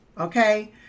okay